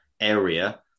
area